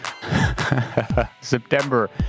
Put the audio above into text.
September